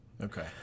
Okay